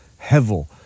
hevel